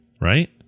Right